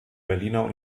berliner